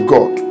God